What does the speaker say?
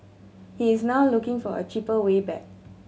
he is now looking for a cheaper way back